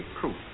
proof